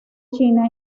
china